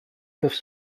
peuvent